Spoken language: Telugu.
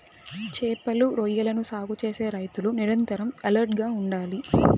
చేపలు, రొయ్యలని సాగు చేసే రైతులు నిరంతరం ఎలర్ట్ గా ఉండాలి